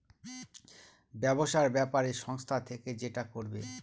ব্যবসার ব্যাপারে সংস্থা থেকে যেটা করবে